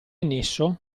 nesso